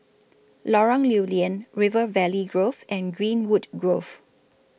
Lorong Lew Lian River Valley Grove and Greenwood Grove